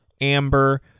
amber